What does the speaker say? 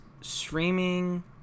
streaming